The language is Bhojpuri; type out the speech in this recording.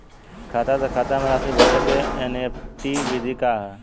खाता से खाता में राशि भेजे के एन.ई.एफ.टी विधि का ह?